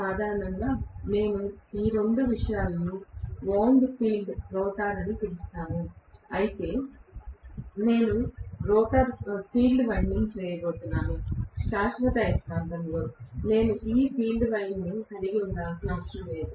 సాధారణంగా నేను ఈ రెండు విషయాలను వౌండ్ ఫీల్డ్ రోటర్ అని పిలుస్తాను అంటే నేను ఫీల్డ్ వైండింగ్ చేయబోతున్నాను శాశ్వత అయస్కాంతంలో నేను ఈ ఫీల్డ్ వైండింగ్ కలిగి ఉండనవసరం లేదు